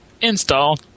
install